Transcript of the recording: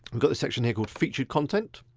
i've got this section here called featured content,